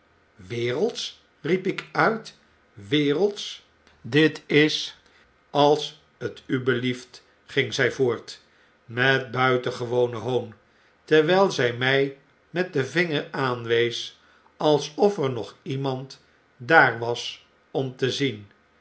wereldsch riep ik uit wereldsch dit is als t u belieft ging zy voort met buitengewonen boon terwyl zy my met den vinger aanwees alsof er nog iemand daar was om te zien